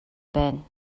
байна